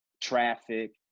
traffic